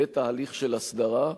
לתהליך של הסדרה,